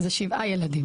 להרשיע את אותה אחת,